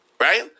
right